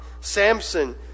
Samson